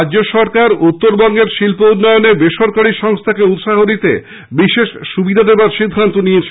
রাজ্য সরকার উত্তরবঙ্গের শিল্প উন্নয়নে বেসরকারি সংস্থাকে উৎসাহ দিতে বিশেষ সুবিধা দেওয়ার সিদ্ধান্ত নিয়েছে